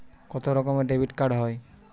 কত রকমের ডেবিটকার্ড হয়?